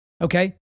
Okay